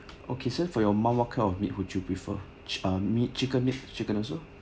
okay for your mom what kind of meat would you prefer ch~ ah meat chicken meat chicken also